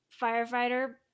firefighter